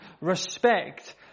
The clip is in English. respect